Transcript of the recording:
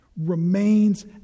Remains